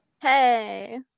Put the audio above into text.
hey